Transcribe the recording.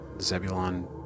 Zebulon